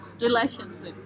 relationship